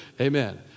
Amen